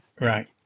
right